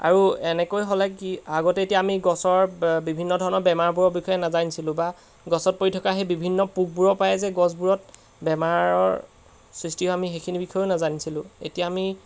আৰু এনেকৈ হ'লে কি আগতে এতিয়া আমি গছৰ ব বিভিন্ন ধৰণৰ বেমাৰবোৰৰ বিষয়ে নাজানিছিলোঁ বা গছত পৰি থকা সেই বিভিন্ন পোকবোৰৰ পৰায়ে যে গছবোৰত বেমাৰৰ সৃষ্টি হয় আমি সেইখিনি বিষয়েও নাজানিছিলোঁ এতিয়া আমি